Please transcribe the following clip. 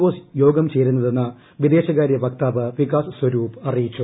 O യോഗം ചേരുന്നതെന്ന് വിദേശകാരൃ വക്താവ് പ്പികാസ് സ്വരൂപ് അറിയിച്ചു